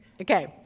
Okay